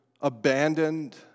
abandoned